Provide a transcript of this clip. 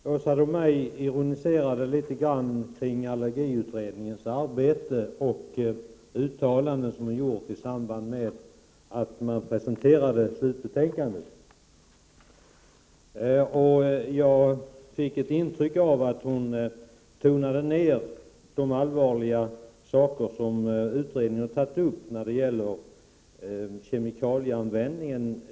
Fru talman! Åsa Domeij ironiserade litet grand över allergiutredningens arbete och de uttalanden som har gjorts i samband med att slutbetänkandet presenterades. Jag fick ett intryck av att Åsa Domeij tonade ned de allvarliga frågor som utredningen har tagit upp när det gäller kemikalieanvändningen.